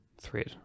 thread